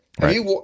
Right